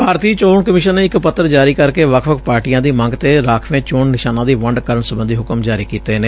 ਭਾਰਤੀ ਚੋਣ ਕਮਿਸ਼ਨ ਨੇ ਇਕ ਪੱਤਰ ਜਾਰੀ ਕਰਕੇ ਵੱਖ ਵੱਖ ਪਾਰਟੀਆਂ ਦੀ ਮੰਗ ਤੇ ਰਾਖਵੇਂ ਚੋਣ ਨਿਸ਼ਾਨਾਂ ਦੀ ਵੰਡ ਕਰਨ ਸਬੰਧੀ ਹੁਕਮ ਜਾਰੀ ਕੀਤੇ ਨੇ